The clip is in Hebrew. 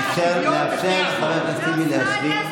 באוסטרליה ביטלו אזרחות לפעילי דאעש.